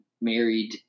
married